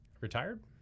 Retired